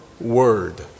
word